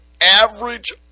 average